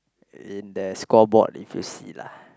in the scoreboard if you see lah